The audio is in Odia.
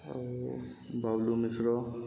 ଆଉ ବାବଲୁ ମିଶ୍ର